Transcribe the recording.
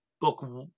book